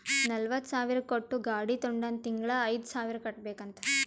ನಲ್ವತ ಸಾವಿರ್ ಕೊಟ್ಟು ಗಾಡಿ ತೊಂಡಾನ ತಿಂಗಳಾ ಐಯ್ದು ಸಾವಿರ್ ಕಟ್ಬೇಕ್ ಅಂತ್